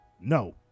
no